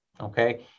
Okay